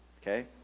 okay